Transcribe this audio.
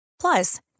Plus